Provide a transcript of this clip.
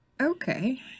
okay